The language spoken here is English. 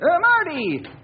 Marty